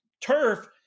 turf